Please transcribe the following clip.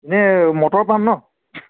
এনে মটৰ পাম ন